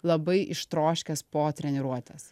labai ištroškęs po treniruotes